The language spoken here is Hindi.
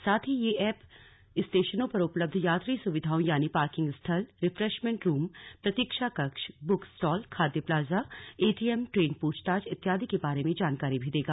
साथ ही यह एप स्टेशनों पर उपलब्ध यात्री सुविधाओं यानी पार्किंग स्थल रिफ्रेशमेंट रूम प्रतीक्षा कक्ष बुक स्टॉल खाद्य प्लाजा एटीएम ट्रेन पूछताछ इत्यादि के बारे में जानकारी भी देगा